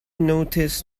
notice